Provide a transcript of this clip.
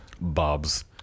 Bob's